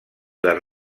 les